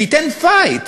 שייתן "פייט"